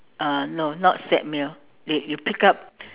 uh no not set meal you you pick up